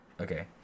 Okay